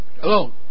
Hello